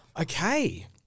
Okay